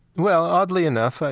well, oddly enough, ah